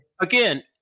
again